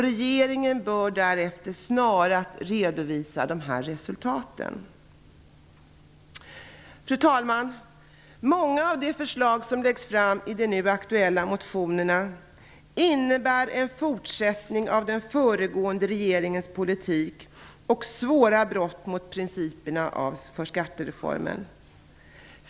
Regeringen bör därefter snarast redovisa resultaten. Fru talman! Många av de förslag som läggs fram i de nu aktuella motionerna innebär en fortsättning av den föregående regeringens politik och svåra brott mot principerna i skattereformen.